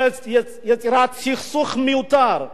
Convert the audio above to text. וביצירת סכסוך מיותר בתוכנו.